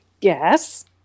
yes